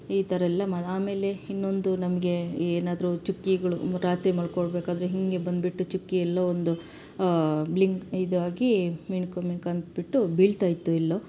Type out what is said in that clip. ಈ ಥರ ಎಲ್ಲ ಮಾ ಆಮೇಲೆ ಇನ್ನೊಂದು ನಮಗೆ ಏನಾದ್ರೂ ಚುಕ್ಕಿಗಳು ರಾತ್ರಿ ಮಲ್ಕೊಳಬೇಕಾದ್ರೆ ಹೀಗೇ ಬಂದುಬಿಟ್ಟು ಚುಕ್ಕಿ ಎಲ್ಲೋ ಒಂದು ಬ್ಲಿಂಕ್ ಇದಾಗಿ ಮಿಣ್ಕ ಮಿಣ್ಕ ಅಂದುಬಿಟ್ಟು ಬೀಳ್ತಾ ಇತ್ತು ಎಲ್ಲೋ